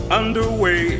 underway